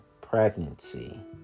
pregnancy